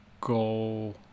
go